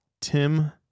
Tim